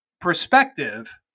perspective